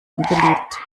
unbeliebt